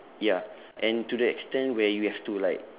ya and to the extent where you have to like